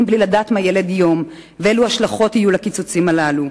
בלי לדעת מה ילד יום ואילו השלכות יהיו לקיצוצים הללו.